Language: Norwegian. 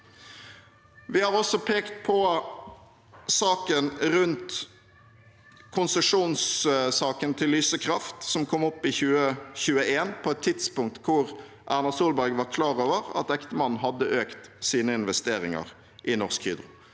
Vi har også pekt på saken rundt konsesjonen til Lyse Kraft som kom opp i 2021, på et tidspunkt da Erna Solberg var klar over at ektemannen hadde økt sine investeringer i Norsk Hydro.